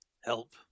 help